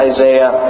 Isaiah